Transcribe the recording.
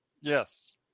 Yes